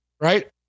right